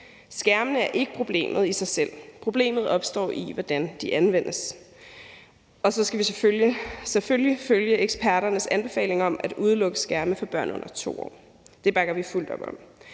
Skærmene er ikke problemet i sig selv; problemet opstår i, hvordan de anvendes. Og så skal vi selvfølgelig følge eksperternes anbefalinger om at udelukke skærme for børn under 2 år. Det bakker vi fuldt op om.